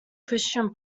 christian